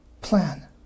plan